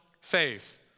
faith